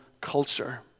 culture